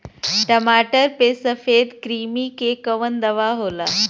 टमाटर पे सफेद क्रीमी के कवन दवा होला?